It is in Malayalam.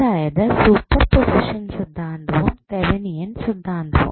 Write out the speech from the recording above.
അതായത് സൂപ്പർ പൊസിഷൻ സിദ്ധാന്തവും തെവനിയൻ സിദ്ധാന്തവും